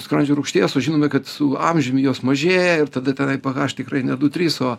skrandžio rūgšties sužinome kad su amžiumi jos mažėja ir tada tenai aš tikrai ne du trys o